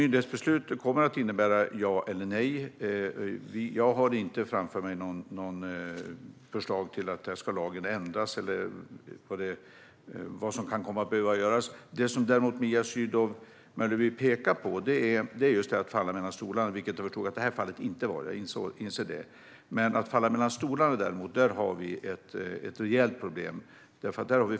Myndighetsbeslut kommer att innebära ja eller nej. Jag har inte framför mig något förslag om att lagen ska ändras eller om vad som kan komma att behöva göras. Det som Mia Sydow Mölleby pekar på är just det här med att falla mellan stolarna, vilket jag förstår att just det här fallet inte handlar om. Men när det gäller att falla mellan stolarna har vi ett rejält problem.